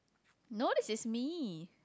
no this is me